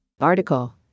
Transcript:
article